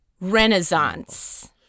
renaissance